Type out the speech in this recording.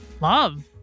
love